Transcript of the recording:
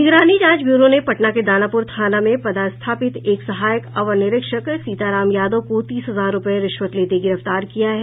निगरानी जांच ब्यूरो ने पटना के दानापुर थाना में पदस्थापित एक सहायक अवर निरीक्षक सीताराम यादव को तीस हजार रुपये रिश्वत लेते गिरफ्तार किया है